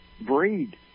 breed